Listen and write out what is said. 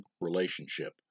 relationship